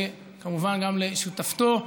וכמובן גם לשותפתו,